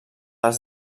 les